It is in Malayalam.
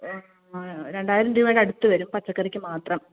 രണ്ടായിരം രൂപയുടെ അടുത്തു വരും പച്ചക്കറിക്ക് മാത്രം